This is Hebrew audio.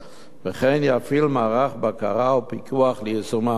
וכן יפעיל מערך בקרה ופיקוח ליישום ההנחיות.